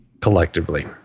collectively